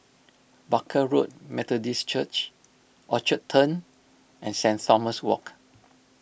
Barker Road Methodist Church Orchard Turn and Saint Thomas Walk